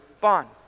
bond